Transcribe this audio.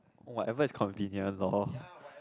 whatever is convenient loh